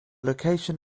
location